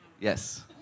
Yes